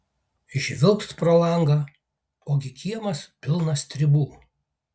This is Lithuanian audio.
žvilgt pro langą ogi kiemas pilnas stribų